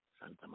Santa